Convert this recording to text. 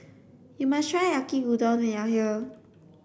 you must try Yaki Udon when you are here